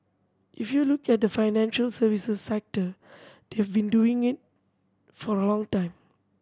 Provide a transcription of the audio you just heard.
if you look at the financial services sector they've been doing in for a long time